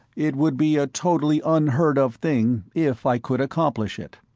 it would be a totally unheard-of thing, if i could accomplish it.